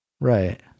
Right